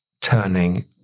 turning